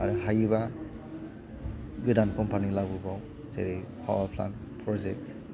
आरो हायोबा गोदान कम्पानि लाबोबाव जेरै पावारफ्लान्ट प्रजेक्ट